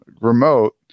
remote